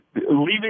leaving